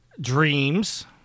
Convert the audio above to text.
Dreams